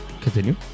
continue